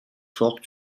forte